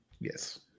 Yes